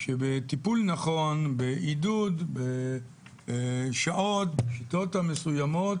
שבטיפול נכון, בעידוד, בכיתות המסוימות